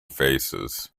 faces